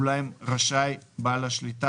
ואולם רשאי בעל השליטה,